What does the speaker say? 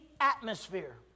atmosphere